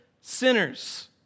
sinners